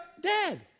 dead